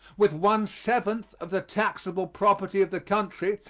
with one-seventh of the taxable property of the country,